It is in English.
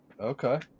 okay